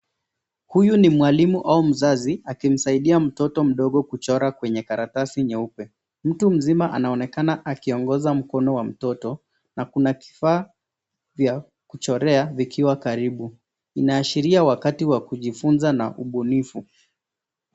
Huyu ni mwalimu au mzazi akimsaidia mtoto mdogo kuchora kwenye karatasi nyeupe. Mtu mzima anaonekana akiongoza mkono wa mtoto na kuna kifaa vya kuchorea vikiwa karibu. Inaashiria wakati wa kujifunza na ubunifu.